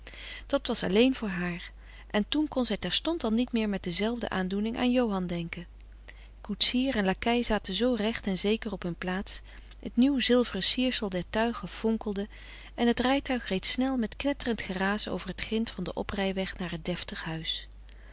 dat was alleen voor haar en toen kon zij terstond al niet meer met dezelfde aandoening aan johan denken koetsier en lakei zaten zoo recht en zeker op hun plaats het nieuw zilveren siersel der tuigen vonkelde en het rijtuig reed snel met knetterend geraas over het grint van den oprijweg naar t deftig huis